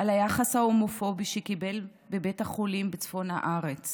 על היחס ההומופובי שקיבל בבית החולים בצפון הארץ